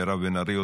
מירב בן ארי,